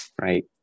right